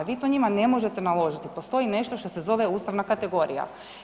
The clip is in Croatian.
Vi to njima ne možete naložiti, postoji nešto što se zove ustavna kategorija.